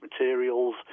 materials